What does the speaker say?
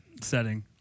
setting